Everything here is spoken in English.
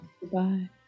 Goodbye